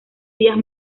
vías